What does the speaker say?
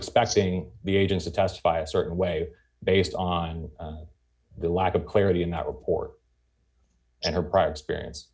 expecting the agents to testify a certain way based on the lack of clarity in that report and her prior experience